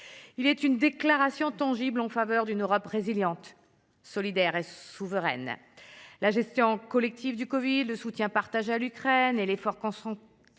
il est une déclaration tangible en faveur d’une Europe résiliente, solidaire et souveraine. La gestion collective du covid 19, le soutien partagé à l’Ukraine et l’effort concerté